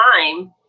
time